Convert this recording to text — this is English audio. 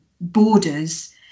borders